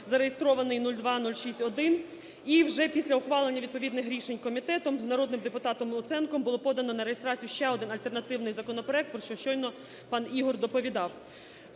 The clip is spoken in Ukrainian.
(зареєстрований 0206-1). І вже після ухвалення відповідних рішень комітетом народним депутатом Луценком було подано на реєстрацію ще один альтернативний законопроект, про що щойно пан ігор доповідав.